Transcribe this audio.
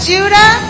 Judah